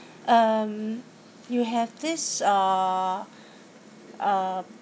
um you have this uh uh